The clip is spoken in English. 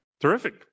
Terrific